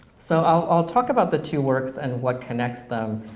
so i'll talk about the two works and what connects them.